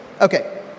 Okay